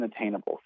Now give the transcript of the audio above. unattainable